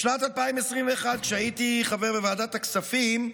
בשנת 2021, כשהייתי חבר ועדת הכספים,